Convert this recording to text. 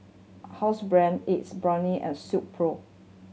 Housebrand Ace Brainery and Silkpro